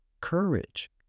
courage